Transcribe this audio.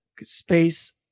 space